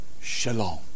Shalom